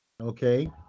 Okay